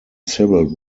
civil